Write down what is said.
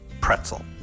Pretzel